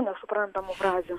nesuprantamų frazių